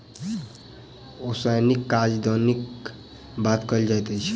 ओसौनीक काज दौनीक बाद कयल जाइत अछि